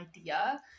idea